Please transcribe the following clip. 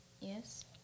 yes